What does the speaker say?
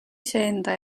iseenda